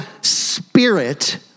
spirit